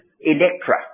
Electra